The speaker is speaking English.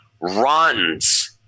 runs